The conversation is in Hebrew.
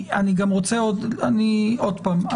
עוד פעם,